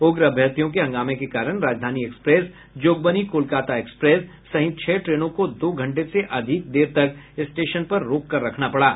उग्र अभ्यर्थियों के हंगामे के कारण राजधानी एक्सप्रेस जोगबनी कोलकाता एक्सप्रेस सहित छह ट्रेनों को दो घंटे से अधिक देर तक स्टेशन पर रोक कर रखना पड़ा